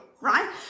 right